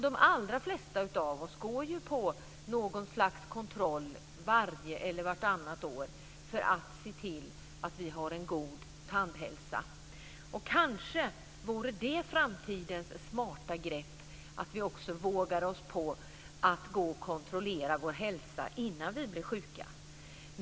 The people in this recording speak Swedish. De allra flesta av oss går på kontroll varje eller vartannat år för att se till att vi har en god tandhälsa. Kanske vore det framtidens smarta grepp att vi också vågar oss på att kontrollera vår hälsa innan vi blir sjuka.